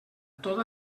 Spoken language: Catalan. tot